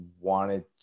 wanted